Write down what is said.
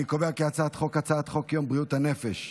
אני קובע כי הצעת חוק יום בריאות הנפש,